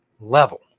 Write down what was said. level